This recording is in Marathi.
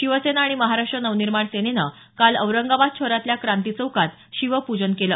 शिवसेना आणि महाराष्ट्र नवनिर्माण सेनेनं काल औरंगाबाद शहरातल्या क्रांती चौकात शिवपूजन केलं